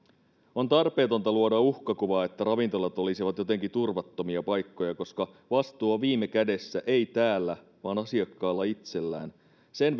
on tarpeetonta luoda uhkakuvaa että ravintolat olisivat jotenkin turvattomia paikkoja koska vastuu on viime kädessä ei täällä vaan asiakkaalla itsellään sen